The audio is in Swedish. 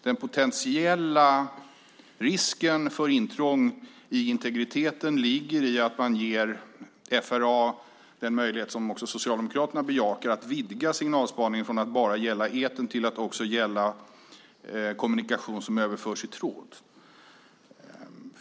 Den potentiella risken för intrång i integriteten ligger i att man ger FRA den möjlighet som också Socialdemokraterna bejakar - att vidga signalspaningen från att bara gälla etern till att också gälla kommunikation som överförs i tråd.